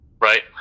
right